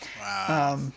Wow